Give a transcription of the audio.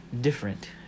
different